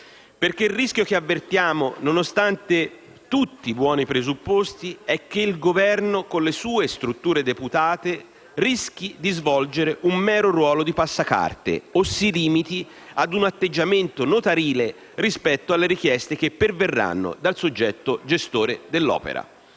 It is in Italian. Il rischio che avvertiamo, nonostante tutti i buoni presupposti, è infatti che il Governo con le sue strutture deputate, rischi di svolgere un mero ruolo di passacarte o si limiti ad un atteggiamento notarile rispetto alle richieste che perverranno dal soggetto gestore dell'opera.